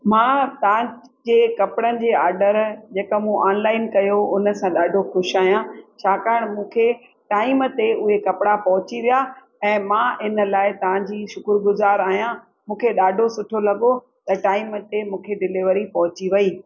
मां तव्हां जे कपिड़नि जे आडर जेका मूं ऑनलाइन कयो हो उन सां ॾाढो ख़ुशि आहियां छाकाणि मूंखे टाईम ते उहे कपिड़ा पहुची विया ऐं मां इन लाइ तव्हांजी शुक्रगुज़ारु आहियां मूंखे ॾाढो सुठो लॻो त टाईम ते मूंखे डिलेवरी पहुची वई